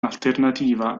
alternativa